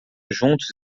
juntos